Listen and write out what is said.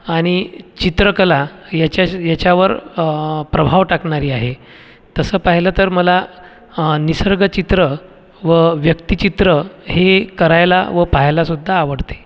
आणि चित्रकला याच्याच याच्यावर प्रभाव टाकणारी आहे तसं पाहिलं तर मला निसर्ग चित्र व व्यक्तिचित्र हे करायला व पाहायला सुद्धा आवडते